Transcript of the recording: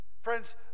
Friends